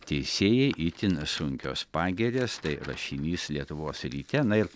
teisėjai itin sunkios pagirios tai rašinys lietuvos ryte na ir